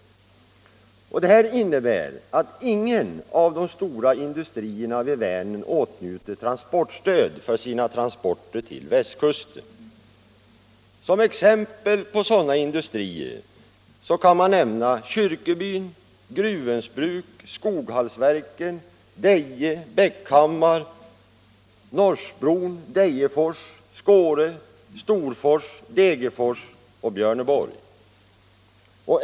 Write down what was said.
Detta innebär att ingen av de stora industrierna vid Vänern åtnjuter transportstöd för sina transporter till västkusten. Såsom exempel på sådana industrier kan jag nämna Kyrkebyn, Gruvöns bruk, Skoghallsverken, Deje, Bäckhammar, Norsbron, Dejefors, Skåre, Storfors, Degerfors och Björneborg.